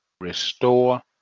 Restore